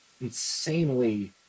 insanely